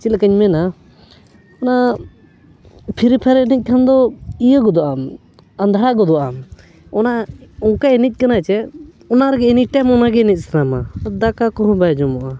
ᱪᱮᱫ ᱞᱮᱠᱟᱧ ᱢᱮᱱᱟ ᱚᱱᱟ ᱯᱷᱨᱤ ᱯᱷᱟᱭᱟᱨ ᱮᱱᱮᱡ ᱠᱷᱟᱱ ᱫᱚ ᱤᱭᱟᱹ ᱜᱚᱫᱚᱜ ᱟᱢ ᱟᱸᱫᱷᱟ ᱜᱚᱫᱚᱜ ᱟᱢ ᱚᱱᱟ ᱚᱱᱠᱟ ᱮᱱᱮᱡ ᱠᱟᱱᱟ ᱥᱮ ᱚᱱᱟ ᱨᱮᱜᱮ ᱮᱱᱤ ᱴᱟᱭᱤᱢ ᱚᱱᱟᱜᱮ ᱮᱱᱮᱡ ᱥᱟᱱᱟᱢᱟ ᱟᱨ ᱫᱟᱠᱟ ᱠᱚᱦᱚᱸ ᱵᱟᱭ ᱡᱚᱢᱚᱜᱼᱟ